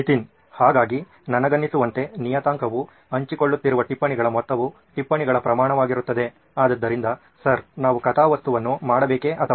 ನಿತಿನ್ ಹಾಗಾಗಿ ನನಗನ್ನಿಸುವಂತೆ ನಿಯತಾಂಕವು ಹಂಚಿಕೊಳ್ಳುತ್ತಿರುವ ಟಿಪ್ಪಣಿಗಳ ಮೊತ್ತವು ಟಿಪ್ಪಣಿಗಳ ಪ್ರಮಾಣವಾಗಿರುತ್ತದೆ ಆದ್ದರಿಂದ ಸರ್ ನಾವು ಕಥಾವಸ್ತುವನ್ನು ಮಾಡಬೇಕೇ ಅಥವಾ